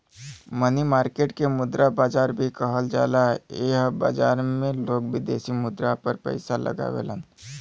मनी market के मुद्रा बाजार भी कहल जाला एह बाजार में लोग विदेशी मुद्रा पर पैसा लगावेलन